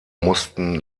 mussten